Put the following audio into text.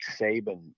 Saban